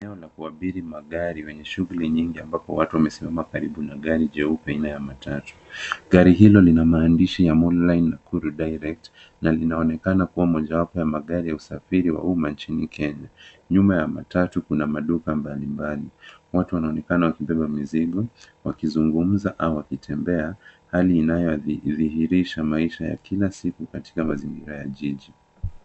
Eneo la kuabiri magari lenye shughuli nyingi , ambapo watu wamesimama karibu na gari jeupe aina ya matatu. Gari hilo lina maandishi, Mololine Nakuru Direct, na linaonekana kua mojawapo ya magari ya usafiri wa uma nchini Kenya. Nyuma ya matatu kuna maduka mbali mbali. Watu wanonekana wakibeba mizigo, wakizungumza au wakitembea. Hali inayodhihirisha maisha ya kila siku katika mazingira ya jiji.